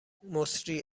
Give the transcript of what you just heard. مسری